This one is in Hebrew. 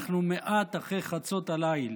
אנחנו מעט אחרי חצות הליל.